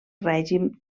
règim